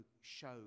show